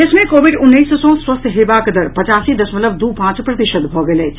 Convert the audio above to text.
देश मे कोविड उन्नैस सँ स्वस्थ हेबाक दर पचासी दशमलव दू पांच प्रतिशत भऽ गेल अछि